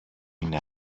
είναι